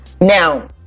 now